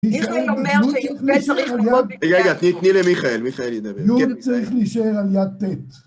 מיכאל אומר שצריך להיות רגע רגע תני למיכאל, מיכאל ידבר. נו צריך להישאר על יד תת.